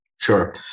Sure